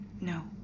no